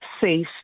safe